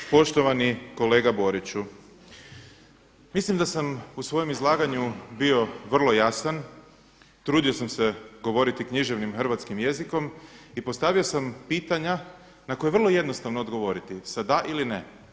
Poštovani kolega Boriću, mislim da sam u svojem izlaganju bio vrlo jasan, trudio sam se govoriti književnim hrvatskim jezikom i postavio sam pitanja na koja je vrlo jednostavno odgovoriti sa da ili ne.